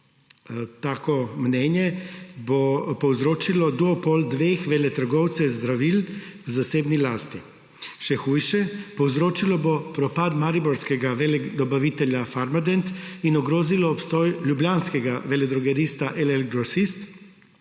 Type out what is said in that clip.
tako mnenje, povzročilo duopol dveh veletrgovcev zdravil v zasebni lasti. Še hujše, povzročilo bo propad mariborskega veledobavitelja Farmadent in ogrozilo obstoj ljubljanskega veledrogerista LL Grosist,